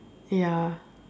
ya